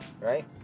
right